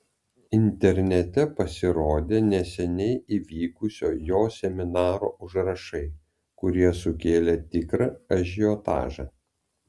internete pasirodė neseniai įvykusio jo seminaro užrašai kurie sukėlė tikrą ažiotažą